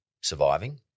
surviving